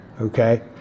Okay